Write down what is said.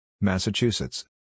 Massachusetts